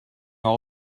all